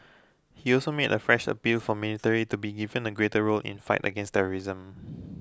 he also made a fresh appeal for military to be given a greater role in fight against terrorism